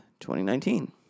2019